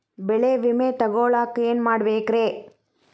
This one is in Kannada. ಬೆಳೆ ವಿಮೆ ತಗೊಳಾಕ ಏನ್ ಮಾಡಬೇಕ್ರೇ?